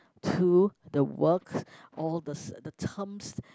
to the works or the the terms